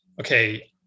okay